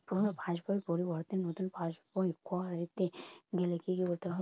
পুরানো পাশবইয়ের পরিবর্তে নতুন পাশবই ক রতে গেলে কি কি করতে হবে?